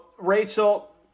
Rachel